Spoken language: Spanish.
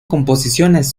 composiciones